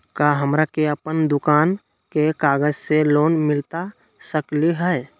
का हमरा के अपन दुकान के कागज से लोन मिलता सकली हई?